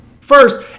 First